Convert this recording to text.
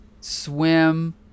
swim